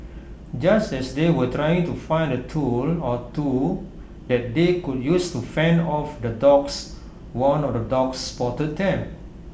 just as they were trying to find A tool or two that they could use to fend off the dogs one of the dogs spotted them